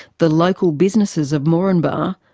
the local businesses of moranbah,